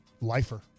lifer